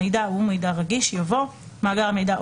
"מידע" ו"מידע רגיש" יבוא: ""מאגר מידע"